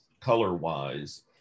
color-wise